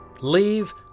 leave